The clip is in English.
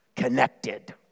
Connected